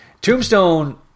Tombstone